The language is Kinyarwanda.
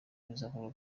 bizakorwa